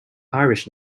irish